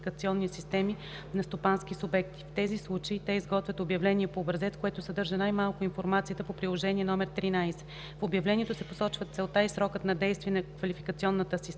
квалификационни системи на стопански субекти. В тези случаи те изготвят обявление по образец, което съдържа най-малко информацията по Приложение № 13. В обявлението се посочват целта и срокът на действие на квалификационната система,